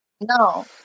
No